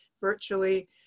virtually